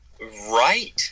Right